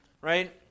right